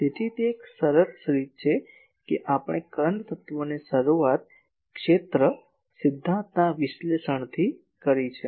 તેથી તે એક સરસ રીત છે કે આપણે કરંટ તત્વની શરૂઆત ક્ષેત્ર સિદ્ધાંતના વિશ્લેષણથી કરી છે